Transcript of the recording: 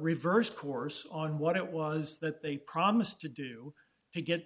reversed course on what it was that they promised to do to get